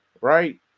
right